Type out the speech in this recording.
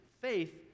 faith